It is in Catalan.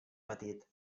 petit